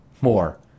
more